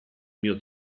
mio